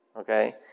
okay